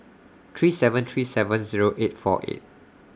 three seven three seven Zero eight four eight